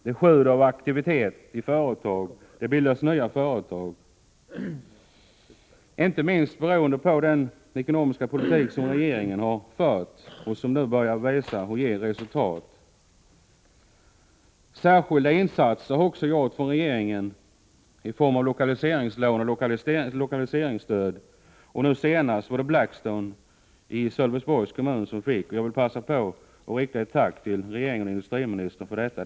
Det sjuder av aktivitet i företagen, och det bildas nya företag. Det beror inte minst på den ekonomiska politik som regeringen har fört och som nu börjar visa resultat. Regeringen har också gjort särskilda insatser i form av lokaliseringslån och lokaliseringsstöd. Nu senast var det Blackstone i Sölvesborgs kommun som gynnades. Jag vill passa på att rikta ett tack till regeringen och industriministern för detta.